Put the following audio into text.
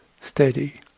steady